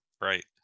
right